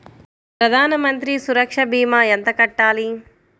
ప్రధాన మంత్రి సురక్ష భీమా ఎంత కట్టాలి?